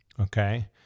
Okay